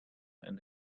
and